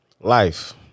life